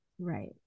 Right